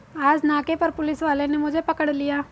आज नाके पर पुलिस वाले ने मुझे पकड़ लिया